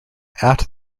after